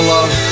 Love